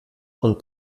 und